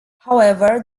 however